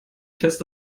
fest